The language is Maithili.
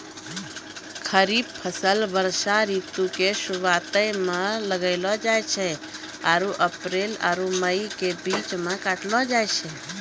खरीफ फसल वर्षा ऋतु के शुरुआते मे लगैलो जाय छै आरु अप्रैल आरु मई के बीच मे काटलो जाय छै